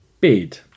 bid